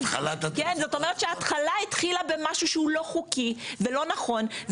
זאת אומרת שההתחלה התחילה במשהו שהוא לא חוקי ולא נכון.